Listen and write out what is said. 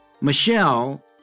Michelle